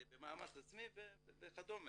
במאמץ עצמי וכדומה,